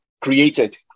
created